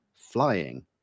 flying